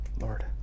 Lord